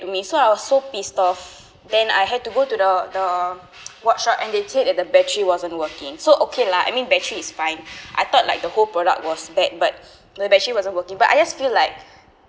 to me so I was so pissed off then I had to go to the the watch shop and they say the battery wasn't working so okay lah I mean battery is fine I thought like the whole product was bad but the battery wasn't working but I just feel like